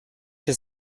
się